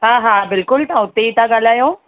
हा हा बिलकुल तव्हां उते ई था ॻाल्हायो